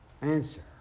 answer